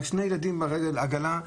שני ילדים ברגל ועגלה,